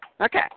Okay